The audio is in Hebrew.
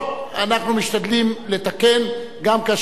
אנחנו משתדלים לתקן גם כאשר לא משרתים.